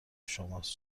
شماست